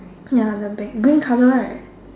ya the bank green colour right